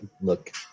look